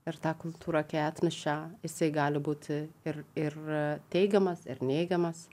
ir tą kultūrą kai atneša jisai gali būti ir ir teigiamas ir neigiamas